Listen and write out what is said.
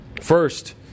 First